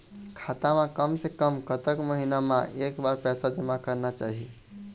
खाता मा कम से कम कतक महीना मा एक बार पैसा जमा करना चाही?